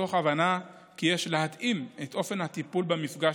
מתוך הבנה כי יש להתאים את אופן הטיפול במפגש